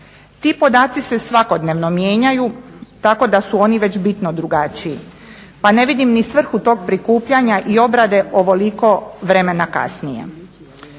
Ti podaci se svakodnevno mijenjaju tako da su oni već bitno drugačiji pa ne vidim ni svrhu tog prikupljanja i obrade ovoliko vremena kasnije.